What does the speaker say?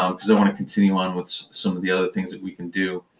um because i want to continue on with some of the other things that we can do.